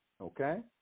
Okay